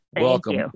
welcome